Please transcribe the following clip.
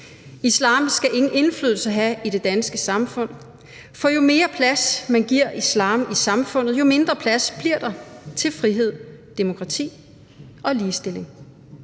Islam skal ingen indflydelse have i det danske samfund, for jo mere plads man giver islam i samfundet, jo mindre plads bliver der til frihed, demokrati og ligestilling.